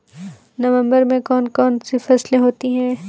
नवंबर में कौन कौन सी फसलें होती हैं?